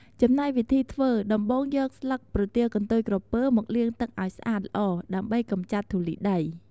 ចំណែកវិធីធ្វើ ដំបូងយកស្លឹកប្រទាលកន្ទុយក្រពើមកលាងទឹកឲ្យស្អាតល្អ ដើម្បីកម្ចាត់ធូលីដី។